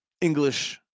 English